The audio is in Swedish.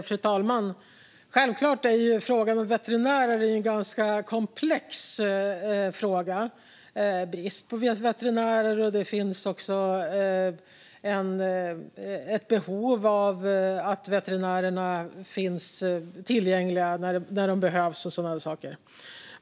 Fru talman! Självklart är frågan om veterinärer ganska komplex. Vi har brist på veterinärer, det finns behov av att veterinärer ska finnas tillgängliga och så vidare.